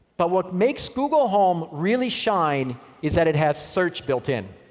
but what makes google home really shine is that it has search built in.